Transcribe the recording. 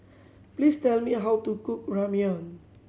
please tell me how to cook Ramyeon